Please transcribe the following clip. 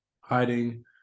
hiding